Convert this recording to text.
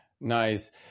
Nice